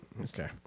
Okay